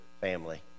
family